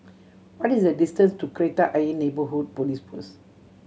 what is the distance to Kreta Ayer Neighbourhood Police Post